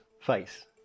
face